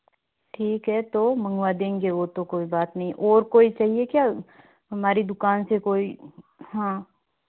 ठीक है तो मंगवा देंगे वह तो कोई बात नहीं और कोई चाहिए क्या हमारी दुकान से कोई हाँ